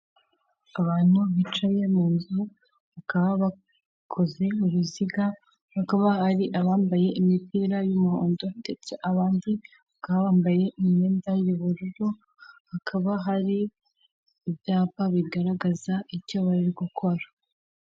Abantu bicaye mu nzu bakaba bakoze uruziga, hakaba hari abambaye imipira y'umuhondo ndetse abandi bakaba bambaye imyenda y'ubururu hakaba hari ibyapa bigaragaza ibyo bari gukora.